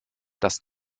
das